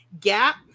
gap